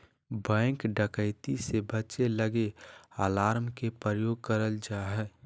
bank डकैती से बचे लगी अलार्म के प्रयोग करल जा हय